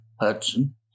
Hudson